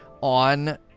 on